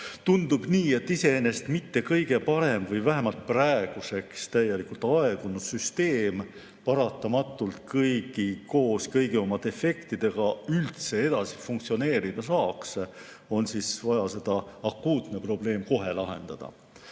Tundub nii, et iseenesest selleks, et mitte kõige parem või vähemalt praeguseks täielikult aegunud süsteem paratamatult koos kõigi oma defektidega üldse edasi funktsioneerida saaks, on vaja see akuutne probleem kohe lahendada. Muidugi